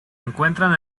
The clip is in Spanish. encuentran